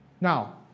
now